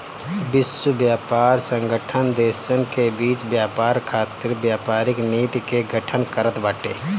विश्व व्यापार संगठन देसन के बीच व्यापार खातिर व्यापारिक नीति के गठन करत बाटे